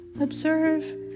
Observe